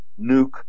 nuke